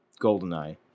Goldeneye